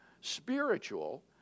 spiritual